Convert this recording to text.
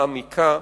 מעמיקה,